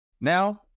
Now